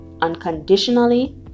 unconditionally